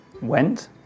went